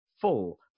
full